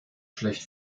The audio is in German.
schlecht